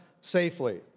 safely